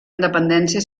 independència